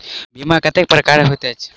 बीमा कतेको प्रकारक होइत अछि